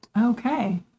Okay